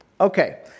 Okay